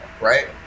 right